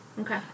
Okay